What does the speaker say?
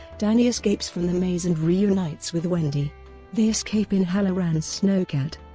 danny escapes from the maze and reunites with wendy they escape in hallorann's snowcat,